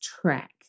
track